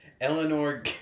Eleanor